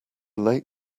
late